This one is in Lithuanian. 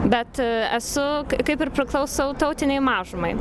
bet esu kaip ir priklausau tautinei mažumai